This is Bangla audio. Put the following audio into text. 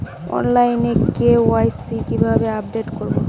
অনলাইনে কে.ওয়াই.সি কিভাবে আপডেট করা হয়?